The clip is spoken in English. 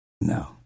No